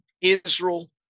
Israel